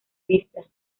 vista